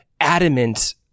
adamant